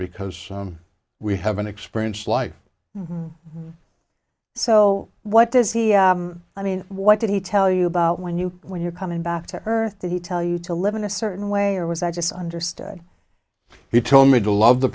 because we haven't experienced life so what does he i mean what did he tell you about when you when you're coming back to earth did he tell you to live in a certain way or was i just understood he told me to love the